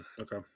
Okay